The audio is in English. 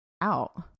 out